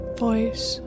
voice